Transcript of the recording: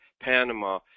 Panama